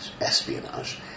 espionage